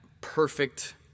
perfect